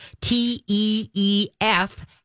T-E-E-F